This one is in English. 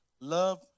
love